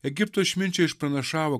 egipto išminčiai išpranašavo